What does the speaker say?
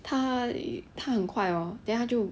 他他很快 hor then 他就